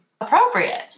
Appropriate